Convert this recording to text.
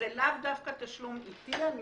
אז זה לאו דווקא תשלום עיתי, אני